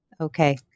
Okay